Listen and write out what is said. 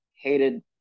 hated